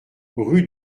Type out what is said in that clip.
rue